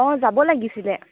অঁ যাব লাগিছিলে